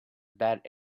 bad